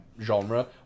genre